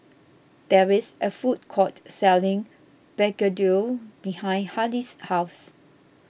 there is a food court selling Begedil behind Hali's house